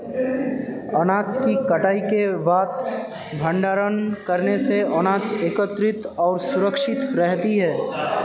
अनाज की कटाई के बाद भंडारण करने से अनाज एकत्रितऔर सुरक्षित रहती है